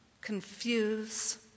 confuse